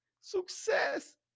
Success